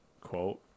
quote